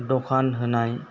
दखान होनाय